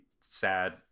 sad